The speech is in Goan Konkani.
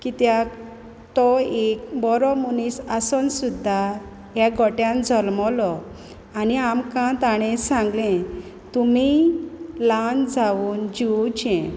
कित्याक तो एक बरो मनीस आसोन सुद्दां ह्या गोट्यान जल्मलो आनी आमकां ताणें सांगलें तुमी ल्हान जावून जिवोचें